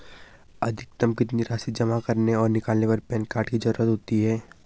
अधिकतम कितनी राशि जमा करने और निकालने पर पैन कार्ड की ज़रूरत होती है?